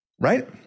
right